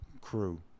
crew